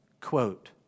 Quote